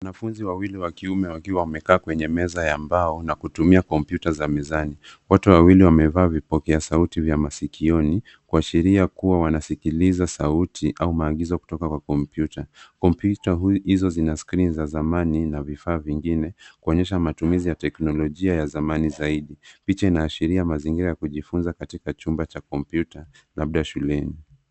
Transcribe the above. Wanafunzi wawili wa kiume wakiwa wamekaa kwenye meza ya mbao na kutumia kompyuta za mezani. Wote wawili wamevaa vipokea sauti vya masikioni kuashiria kuwa wanasikiliza sauti au maagizo kutoka kwa kompyuta. Kompyuta hizo zina skrini za zamani na vifaa vingine kuonyesha matumizi ya teknolojia ya zamani zaidi. Picha inaashiria mazingira ya kujifunza katika chumba cha kompyuta labda shuleni.